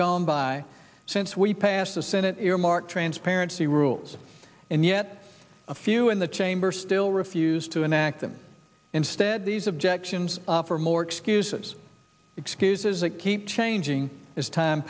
gone by since we passed the senate earmark transparency rules and yet a few in the chamber still refused to enact them instead these objections were more excuses excuses that keep changing as time